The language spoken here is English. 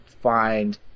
find